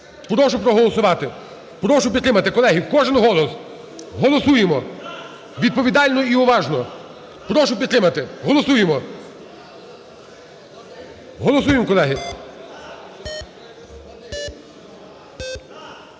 Прошу проголосувати, прошу підтримати. Колеги, кожен голос. Голосуємо відповідально і уважно. Прошу підтримати. Голосуємо. Голосуємо, колеги.